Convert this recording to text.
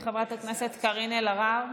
חברת הכנסת קארין אלהרר,